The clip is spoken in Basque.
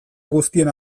guztien